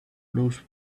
lose